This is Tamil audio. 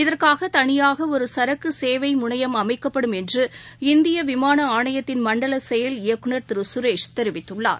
இதற்காக தனியாக ஒரு சரக்கு சேவை முனையம் அமைக்கப்படும் என்று இந்திய விமான ஆணையத்தின் மண்டல செயல் இயக்குநர் திரு சுரேஷ் தெரிவித்துள்ளார்